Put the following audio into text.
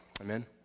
Amen